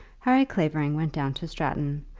harry clavering went down to stratton,